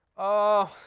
oh,